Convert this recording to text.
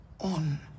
on